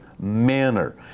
Manner